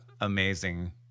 amazing